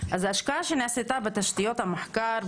אז ההשקעה שנעשתה בתשתיות המחקר,